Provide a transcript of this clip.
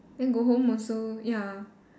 then go home also ya